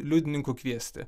liudininkų kviesti